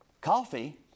coffee